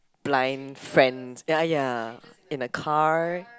blind friend ya ya in a car